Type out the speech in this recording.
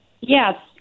Yes